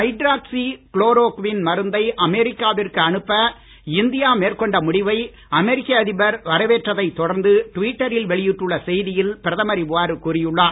hydroxy chloroquine மருந்தை அமெரிக்காவிற்கு அனுப்ப இந்தியா மேற்கொண்ட முடிவை அமெரிக்க அதிபர் வரவேற்றதைத் தொடர்ந்து டுவிட்டரில் வெளியிட்டுள்ள செய்தியில் பிரதமர் இவ்வாறு கூறி உள்ளார்